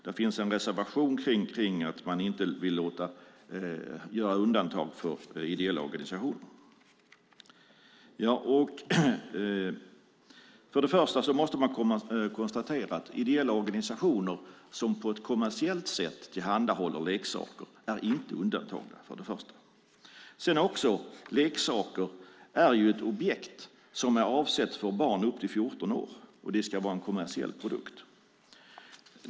Det finns en reservation där man inte vill göra undantag för ideella organisationer. För det första måste man konstatera att ideella organisationer som på ett kommersiellt sätt tillhandahåller leksaker inte är undantagna. För det andra är leksaker objekt som är avsedda för barn upp till 14 år, och det ska vara kommersiella produkter.